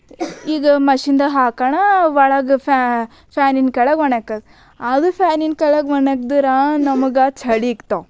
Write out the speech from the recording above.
ಈಗ ಮಷೀನ್ದಾಗ ಹಾಕಣ ಒಳಗೆ ಫ್ಯಾನಿನ ಕೆಳಗೆ ಒಣಗ್ತದ ಅದು ಫ್ಯಾನಿನ ಕೆಳಗೆ ಒಣಗಿದ್ರ ನಮಗೆ ಚಳಿ ಇಕ್ತವ್